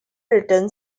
written